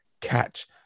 catch